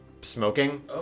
smoking